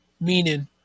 Meaning